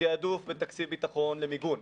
תיעדוף בתקציב ביטחון למיגון.